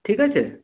ঠিক আছে